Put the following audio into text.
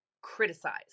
criticize